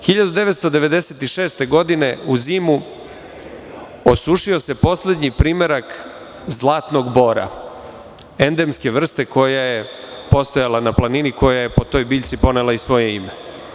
U zimu 1996. godine osušio se poslednji primerak zlatnog bora endemske vrste koja je postojala na planini, koja je po toj biljci ponela svoje ime.